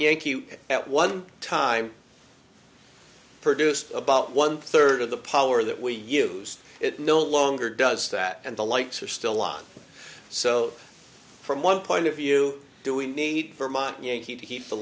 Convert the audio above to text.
yankee at one time produced about one third of the power that we use it no longer does that and the lights are still on so from one point of view do we need vermont yankee to keep the